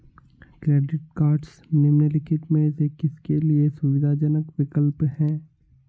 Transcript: Credit cards निम्नलिखित में से किसके लिए सुविधाजनक विकल्प हैं?